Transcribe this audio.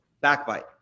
backbite